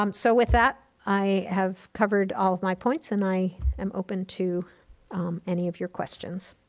um so with that, i have covered all of my points, and i am open to any of your questions.